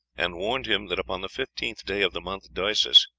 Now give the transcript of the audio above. and warned him that, upon the fifteenth day of the month doesius,